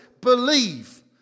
believe